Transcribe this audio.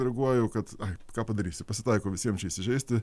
reaguoju kad ai ką padarysi pasitaiko visiems čia įsižeisti